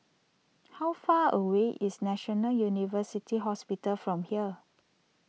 how far away is National University Hospital from here